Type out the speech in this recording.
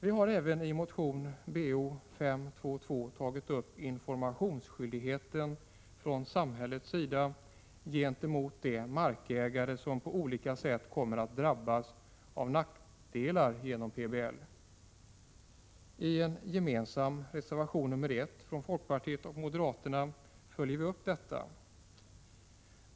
Vi har i motion Bo522 även tagit upp informationsskyldigheten från samhällets sida gentemot de markägare som på grund av PBL på olika sätt kommer att drabbas av nackdelar. I en gemensam reservation nr 1 från folkpartiet och moderaterna följer vi upp detta.